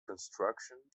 construction